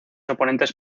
oponentes